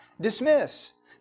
dismiss